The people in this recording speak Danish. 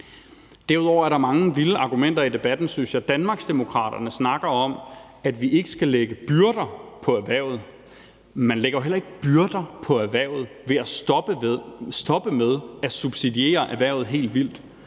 jeg, der er mange vilde argumenter i debatten. Danmarksdemokraterne snakker om, at vi ikke skal lægge byrder på erhvervet. Men man lægger jo heller ikke byrder på erhvervet ved at stoppe med at subsidiere det helt vildt,